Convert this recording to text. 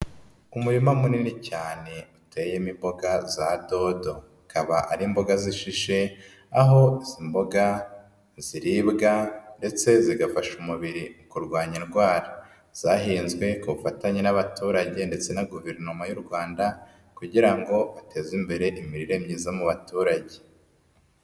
Umurima munini cyane, uteyemo imboga za dodo. Akaba ari imboga zishishe ,aho imboga ziribwa ndetse zigafasha umubiri kurwanya indwara. zahinzwe ku bufatanye n'abaturage ndetse na Guverinoma y'u Rwanda kugira ngo bateze imbere imirire myiza mu baturage.